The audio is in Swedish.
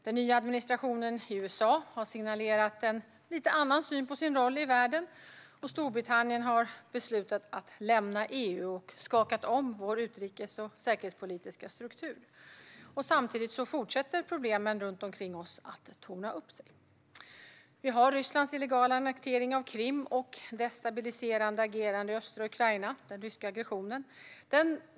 Den nya administrationen i USA har signalerat en annan syn på sin roll i världen, och Storbritannien har beslutat att lämna EU och skakat om vår utrikes och säkerhetspolitiska struktur. Samtidigt fortsätter problemen runt omkring oss att torna upp sig. Vi har Rysslands illegala annektering av Krim och destabiliserande agerande i östra Ukraina - den ryska aggressionen.